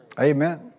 Amen